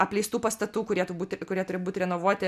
apleistų pastatų kurie tu būti kurie turi būti renovuoti